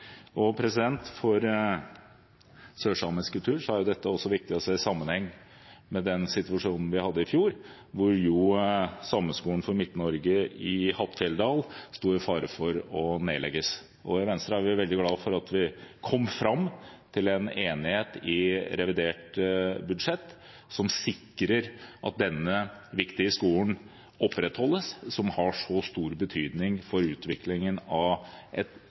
For sørsamisk kultur er dette også viktig å se i sammenheng med den situasjonen vi hadde i fjor, da Sameskolen for Midt-Norge i Hattfjelldal sto i fare for å nedlegges. I Venstre er vi veldig glad for at vi kom fram til en enighet i revidert budsjett som sikrer at denne viktige skolen opprettholdes, som har så stor betydning for utviklingen av et